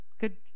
Good